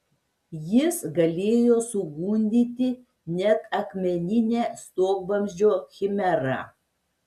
jis galėjo sugundyti net akmeninę stogvamzdžio chimerą